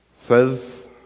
says